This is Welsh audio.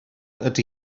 ydy